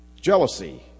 jealousy